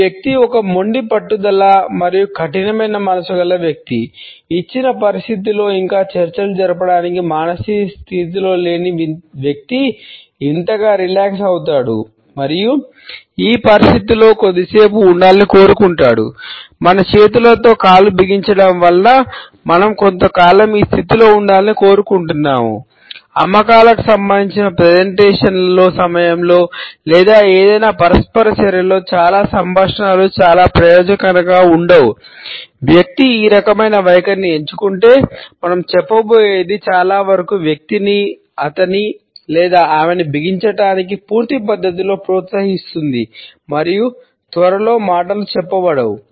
ఈ వ్యక్తి ఒక మొండి పట్టుదలగల మరియు కఠినమైన మనస్సు గల వ్యక్తి ఇచ్చిన పరిస్థితిలో ఇంకా చర్చలు జరపడానికి మానసిక స్థితిలో లేని వ్యక్తి వింతగా రిలాక్స్ పూర్తి పద్ధతిలో ప్రోత్సహిస్తుంది మరియు త్వరలో మాటలు చెప్పబడవు